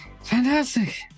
Fantastic